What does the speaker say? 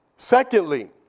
Secondly